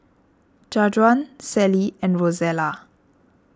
Jajuan Sallie and Rozella